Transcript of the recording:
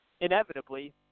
inevitably